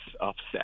upset